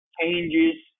changes